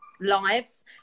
lives